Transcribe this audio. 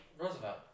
Roosevelt